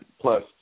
Plus